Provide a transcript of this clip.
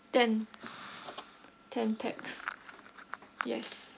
ten ten pax yes